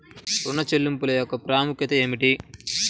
ఋణ చెల్లింపుల యొక్క ప్రాముఖ్యత ఏమిటీ?